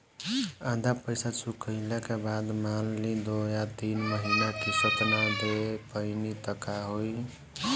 आधा पईसा चुकइला के बाद मान ली दो या तीन महिना किश्त ना दे पैनी त का होई?